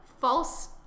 false